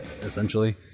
essentially